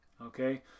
Okay